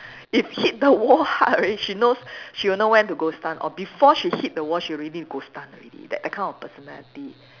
if hit the wall hard already she knows she will know when to gostan or before she hit the wall she already gostan already that that kind of personality